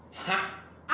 !huh!